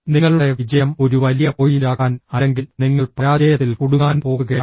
നിങ്ങളുടെ വിജയം ഒരു വലിയ പോയിന്റാക്കാൻ അല്ലെങ്കിൽ നിങ്ങൾ പരാജയത്തിൽ കുടുങ്ങാൻ പോകുകയാണോ